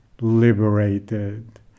liberated